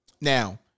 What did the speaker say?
Now